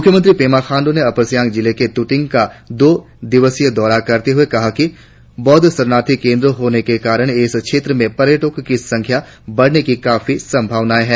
मुख्यमंत्री पेमा खांडू ने अपर सियांग जिले के तुतिंग का दो दिवसीय दौरा करते हुए कहा कि बौद्ध शरणार्थी केंद्र होने के कारण इस क्षेत्र में पर्यटकों की संख्या बढ़ने की काफी संभावनाएं है